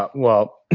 but well,